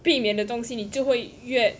避免的东西你就会越